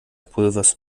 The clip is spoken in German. pulvers